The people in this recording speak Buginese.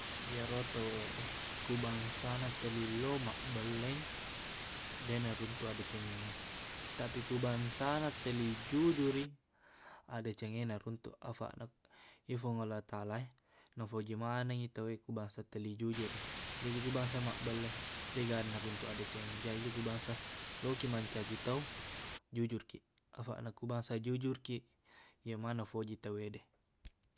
Iyaro tauwede ku bangsana telli lao mabbelleng deqna runtuk addecengengnge tapiq ku bangsana telli jujur i adecengengnge naruntuk afaqna i fung allah ta allah nafuji manengngi tauwe ku bangsa telli jujur i jaji ku bangsa mabbelle deqga naruntuk addecengeng jaji ku bangsa laokiq mencaji tau jujurkiq afaqna ku bangsa jujurkiq iye maneng nafoji tauwede